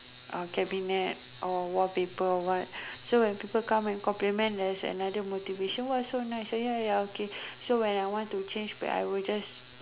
a cabinet or wallpaper or what so when people come and compliment that's another motivation what so nice ya ya okay so when I want to change back I will just